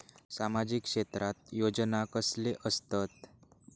सामाजिक क्षेत्रात योजना कसले असतत?